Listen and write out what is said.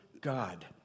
God